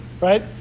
right